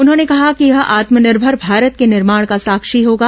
उन्होंने कहा कि यह आत्मनिर्भर भारत के निर्माण का साक्षी होगा